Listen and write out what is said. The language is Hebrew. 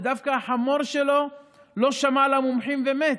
ודווקא החמור שלו לא שמע למומחים ומת.